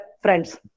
friends